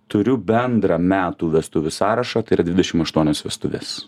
turiu bendrą metų vestuvių sąrašą tai yra dvidešim aštuonios vestuvės